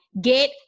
Get